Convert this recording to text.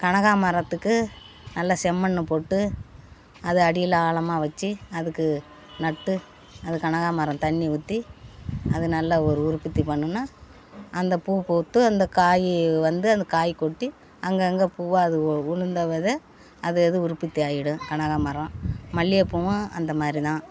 கனகா மரத்துக்கு நல்லா செம்மண்ணு போட்டு அதை அடியில் ஆழமாக வச்சி அதுக்கு நட்டு அது கனகா மரம் தண்ணி ஊற்றி அது நல்லா ஒரு உற்பத்தி பண்ணுனா அந்த பூ பூத்து அந்த காய் வந்து அந்த காய் கொட்டி அங்கங்க பூவா அது உ உளுந்த வித அது அது உற்பத்தி ஆகிடும் கனகா மரம் மல்லிகைப்பூவும் அந்த மாதிரி தான்